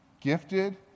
gifted